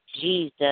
Jesus